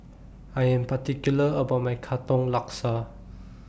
I Am particular about My Katong Laksa